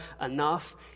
enough